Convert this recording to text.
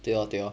对 lor 对 lor